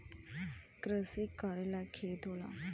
किरसी करे लायक खेत होला